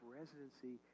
residency